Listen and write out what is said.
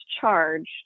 charged